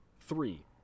Three